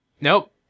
Nope